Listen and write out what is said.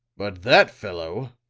but that fellow,